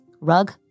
Rug